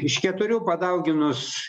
iš keturių padauginus